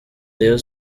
rayon